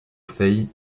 faye